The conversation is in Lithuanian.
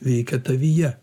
veikia tavyje